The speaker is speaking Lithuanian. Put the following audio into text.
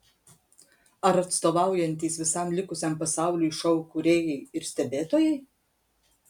ar atstovaujantys visam likusiam pasauliui šou kūrėjai ir stebėtojai